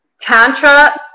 Tantra